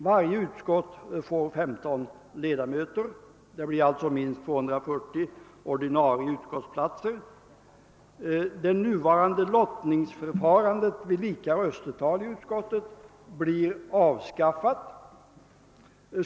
Varje utskott får 15 ledamöter; det blir alltså minst 240 ordinarie utskottsplatser. Det nuvarande lottningsförfarandet vid lika röstetal i utskotten avskaffas.